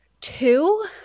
Two